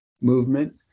movement